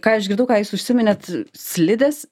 ką išgirdau ką jūs užsiminėt slidės